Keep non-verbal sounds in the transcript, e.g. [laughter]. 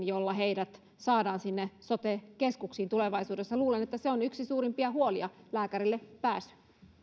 [unintelligible] jolla heidät saadaan sinne sote keskuksiin tulevaisuudessa luulen että se on yksi suurimpia huolia lääkärille pääsy